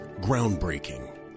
groundbreaking